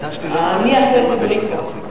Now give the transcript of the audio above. אני אעשה את זה בלי חוק.